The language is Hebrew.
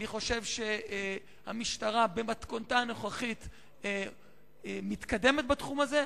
אני חושב שהמשטרה במתכונתה הנוכחית מתקדמת בתחום הזה,